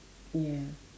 ya